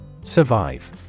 Survive